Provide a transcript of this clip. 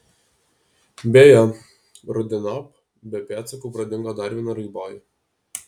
beje rudeniop be pėdsakų pradingo dar viena raiboji